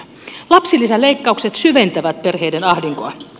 lapsilisän leikkaukset syventävät perheiden ahdinkoa